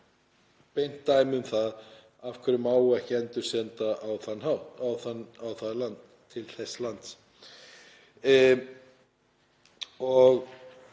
beint dæmi um það af hverju má ekki endursenda til þess lands.